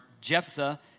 Jephthah